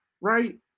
right